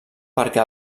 perquè